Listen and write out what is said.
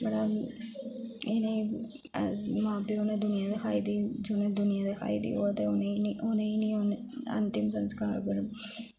मतलब इनेंई मां प्यो ने दुनिया दिक्खाई दी जोने दुनिया दिक्खाई दी ओह् ते उनेंई उन्न अंतिम संस्कार उप्पर